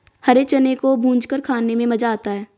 हरे चने को भूंजकर खाने में मज़ा आता है